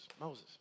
Moses